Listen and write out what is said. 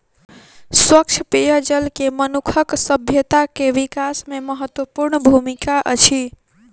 स्वच्छ पेयजल के मनुखक सभ्यता के विकास में महत्वपूर्ण भूमिका अछि